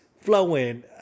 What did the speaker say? flowing